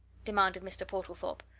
demanded mr. portlethorpe.